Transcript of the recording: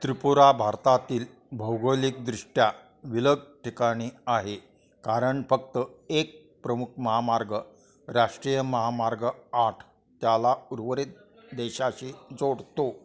त्रिपुरा भारतातील भौगोलिकदृष्ट्या विलग ठिकाणी आहे कारण फक्त एक प्रमुख महामार्ग राष्ट्रीय महामार्ग आठ त्याला उर्वरित देशाशी जोडतो